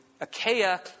Achaia